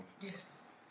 Yes